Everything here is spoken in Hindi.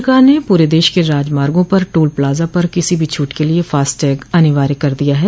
सरकार ने पूरे देश के राजमार्गों पर टोल प्लाजा पर किसी भी छूट के लिए फास्टैग अनिवार्य कर दिया है